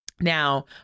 now